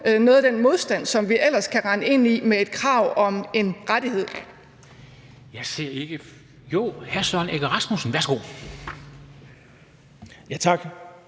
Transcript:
noget af den modstand, som vi ellers kan rende ind i, med et krav om en rettighed.